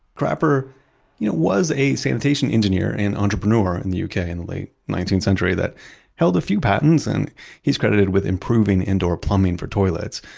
crapper was a sanitation engineer and entrepreneur in the uk in the late nineteenth century that held a few patents and he's credited with improving indoor plumbing for toilets.